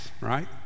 right